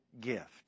gift